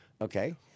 okay